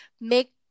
make